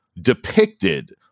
depicted